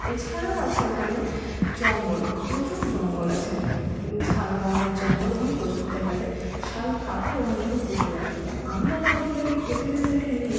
এছাড়াও আছে ওখানে জঙ্গল প্রচুর জঙ্গল আছে শালবনের জঙ্গল ওখানে প্রচুর দেখা যায় শালকাঠও ওখান থেকে প্রচুর আসে তো আমি আমার অতিথিদেরকে নিয়ে